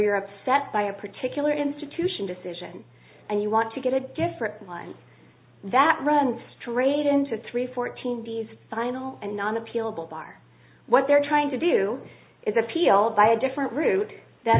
you're upset by a particular institution decision and you want to get a different line that runs straight into three fourteen these final and not appealable bar what they're trying to do is appeal by a different route that